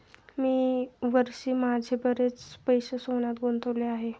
या वर्षी मी माझे बरेच पैसे सोन्यात गुंतवले आहेत